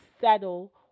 settle